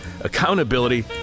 accountability